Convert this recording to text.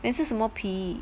then 是什么皮